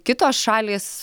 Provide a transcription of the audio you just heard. kitos šalys